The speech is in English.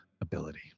ability